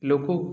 ଲୋକ